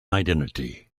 identity